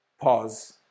Pause